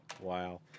Wow